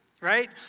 right